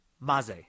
maze